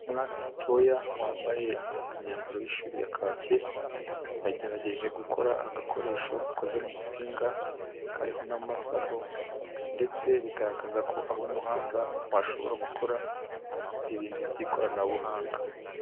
Umwana mutoya wambaye imyambaro y'ishuri ya kake, yagerageje gukora agakoresho gakoze mu nsinga kariho n'amasaro, ndetse bigaragaza ko ari umuhanga washobora gukora ibintu by'ikoranabuhanga.